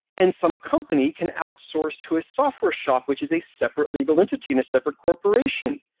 and some company can outsource to a software shop, which is a separate legal entity and a separate corporation.